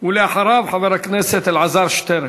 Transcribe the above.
אחריו, חבר הכנסת אלעזר שטרן.